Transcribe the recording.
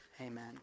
amen